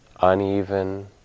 uneven